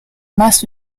más